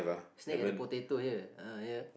snake at the potato here ah here